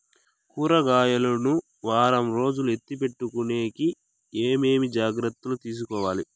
కూరగాయలు ను వారం రోజులు ఎత్తిపెట్టుకునేకి ఏమేమి జాగ్రత్తలు తీసుకొవాలి?